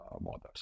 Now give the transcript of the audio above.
models